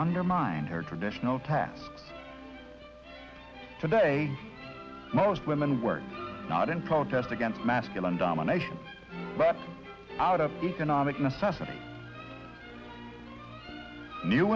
undermined her traditional task today most women work not in protest against masculine domination but out of economic necessity new